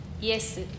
Yes